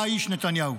אתה האיש, נתניהו,